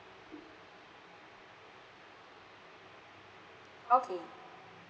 okay